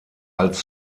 als